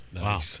Wow